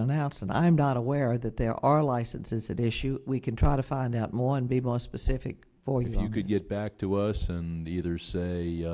announced and i'm not aware that there are licenses that issue we can try to find out more and be more specific for you could get back to us and either say